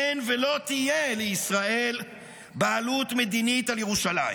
אין ולא תהיה לישראל בעלות מדינית על ירושלים,